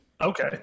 Okay